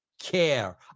care